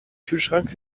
kühlschrank